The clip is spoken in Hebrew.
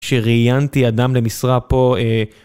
שראיינתי אדם למשרה פה...